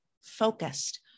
focused